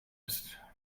ist